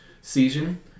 season